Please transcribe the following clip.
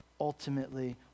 ultimately